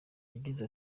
yagize